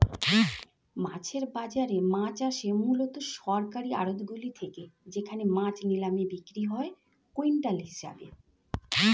মাছের বাজারে মাছ আসে মূলত সরকারি আড়তগুলি থেকে যেখানে মাছ নিলামে বিক্রি হয় কুইন্টাল হিসেবে